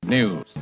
News